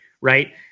Right